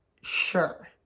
Sure